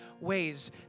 ways